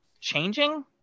changing